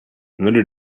another